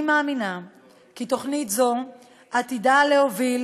אני מאמינה כי תוכנית זו עתידה להוביל